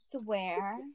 swear